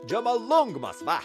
džomolungmos va